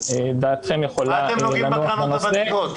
אז דעתכם יכולה לנוח בנושא.